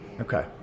Okay